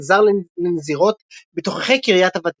מנזר לנזירות בתוככי קריית הוותיקן.